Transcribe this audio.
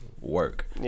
work